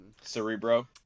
cerebro